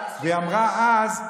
היא אמרה אז,